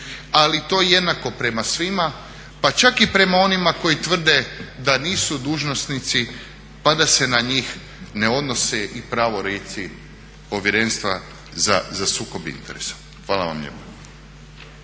ali to jednako prema svima, pa čak i prema onima koji tvrde da nisu dužnosnici pa da se na njih ne odnose i pravorijeci Povjerenstva za sukob interesa. Hvala vam lijepa.